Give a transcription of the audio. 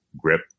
grip